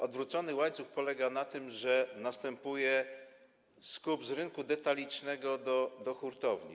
Odwrócony łańcuch polega na tym, że następuje skup z rynku detalicznego do hurtowni.